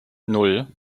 nan